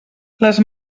les